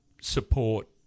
support